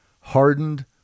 hardened